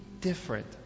different